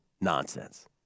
nonsense